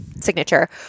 signature